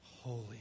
holy